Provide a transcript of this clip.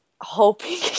hoping